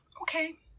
Okay